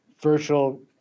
virtual